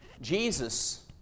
Jesus